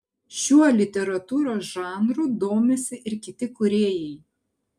šiuo literatūros žanru domisi ir kiti kūrėjai